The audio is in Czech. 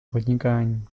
podnikání